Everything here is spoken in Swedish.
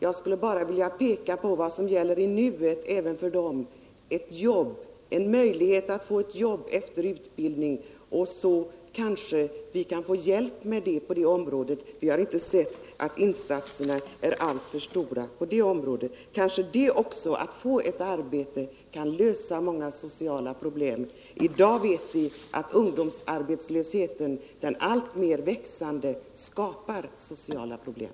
Jag skulle bara vilja peka på vad som behövs i livet även för dem: ett jobb, en möjlighet att få ett jobb efter utbildning. Vi kanske kan få någon hjälp med det. Insatserna hittills på det området har inte varit alltför stora. Ett arbete kan också lösa många sociala problem. Den i dag alltmer växande ungdomsarbetslösheten skapar sociala problem.